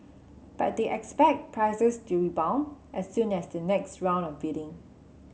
but they expect prices to rebound as soon as the next round of bidding